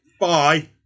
Bye